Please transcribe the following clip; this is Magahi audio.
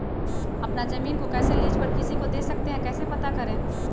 अपना जमीन को कैसे लीज पर किसी को दे सकते है कैसे पता करें?